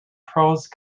prose